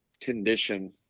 condition